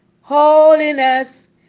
Holiness